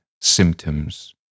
symptoms